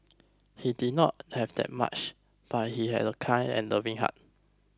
he did not have that much but he had a kind and loving heart